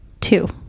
Two